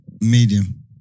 Medium